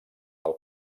del